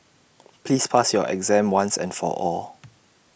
please pass your exam once and for all